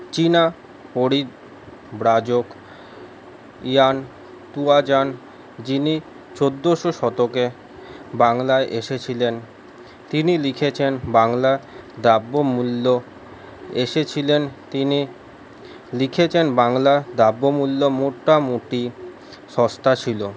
চীনা পরিব্রাজক Hiuen Tsang যিনি চৌদ্দশো শতকে বাংলায় এসেছিলেন তিনি লিখেছেন বাংলা দ্রব্যমূল্য এসেছিলেন তিনি লিখেছেন বাংলার দ্রব্যমূল্য মোটামুটি সস্তা ছিল